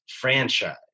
franchise